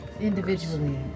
Individually